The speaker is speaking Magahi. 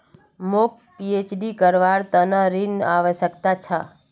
मौक पीएचडी करवार त न ऋनेर आवश्यकता छ